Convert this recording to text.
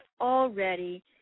already